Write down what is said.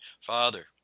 Father